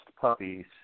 puppies